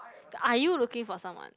are you looking for someone